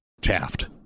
Taft